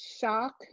shock